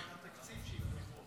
גם את התקציב שהבטיחו.